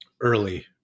early